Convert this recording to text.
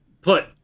put